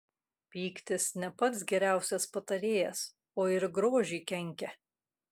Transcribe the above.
pyktis ne pats geriausias patarėjas o ir grožiui kenkia